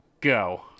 Go